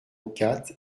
quatre